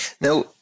Now